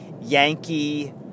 Yankee